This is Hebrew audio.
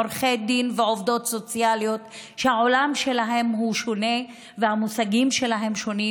עורכי דין ועובדות סוציאלית שהעולם שלהם שונה והמושגים שלהם שונים,